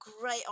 great